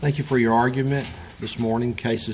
thank you for your argument this morning cases